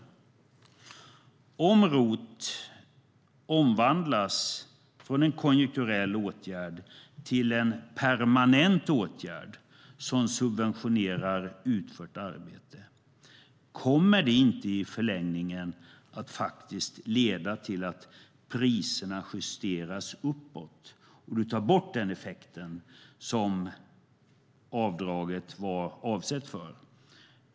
För det första: Om ROT omvandlas från en konjunkturell åtgärd till en permanent åtgärd som subventionerar utfört arbete kommer det inte i förlängningen att leda till att priserna justeras uppåt, utan det kommer att ta bort den effekt som avdraget var avsett för.